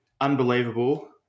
Unbelievable